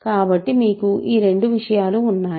కాబట్టి మీకు ఈ రెండు విషయాలు ఉన్నాయి